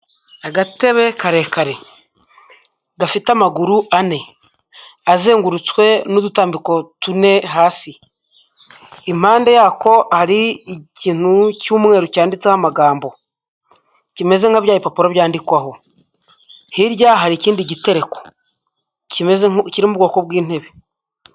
Agatebe karekare gafite amaguru ane azengurutswe n'udutambiko tune hasi, impande y'ako hari ikintu cy'umweru cyanditseho amagambo kimeze nka byapapuro byandikwaho, hirya hari ikindi gitereko kiri mu bwoko bw'intebe.